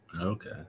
Okay